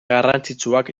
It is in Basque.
garrantzitsuak